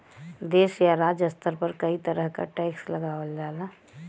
देश या राज्य स्तर पर कई तरह क टैक्स लगावल जाला